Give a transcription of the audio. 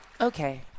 Okay